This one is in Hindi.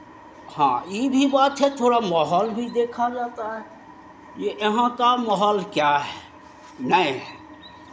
हाँ ई भी बात है थोड़ा माहौल भी देखा जाता है ये यहाँ का माहौल क्या है नहीं है